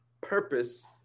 purpose